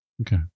Okay